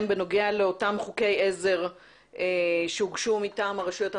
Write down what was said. בנוגע לאותם חוקי עזר שהוגשו מטעם הרשויות המקומיות.